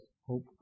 hope